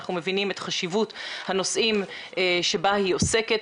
כשאנחנו מבינים את חשיבות הנושאים בהם היא עוסקת,